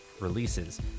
releases